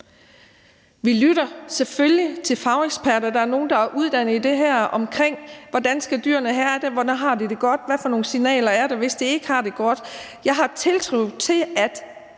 Vi lytter selvfølgelig til fageksperter, for der er jo nogle, der er uddannet i det her, i forhold til hvordan dyrene skal have det, hvordan de har det godt, og hvad for nogle signaler der er, hvis de ikke har det godt. Jeg har tiltro til, at